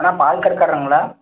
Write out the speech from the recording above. அண்ணா பால் கடைக்காரங்களா